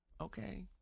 okay